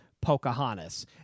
Pocahontas